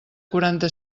quaranta